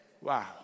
Wow